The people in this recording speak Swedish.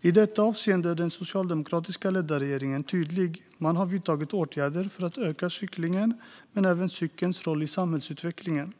I detta avseende är den socialdemokratiskt ledda regeringen tydlig: Man har vidtagit åtgärder för att öka cyklingen och även för att stärka cykelns roll i samhällsutvecklingen.